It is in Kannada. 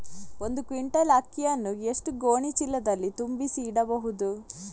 ಒಂದು ಕ್ವಿಂಟಾಲ್ ಅಕ್ಕಿಯನ್ನು ಎಷ್ಟು ಗೋಣಿಚೀಲದಲ್ಲಿ ತುಂಬಿಸಿ ಇಡಬಹುದು?